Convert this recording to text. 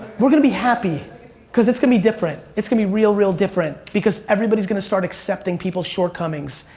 we're gonna be happy cause it's gonna be different. it's gonna be real real different because everybody's gonna start accepting people's shortcomings.